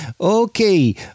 Okay